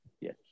Yes